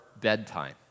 bedtime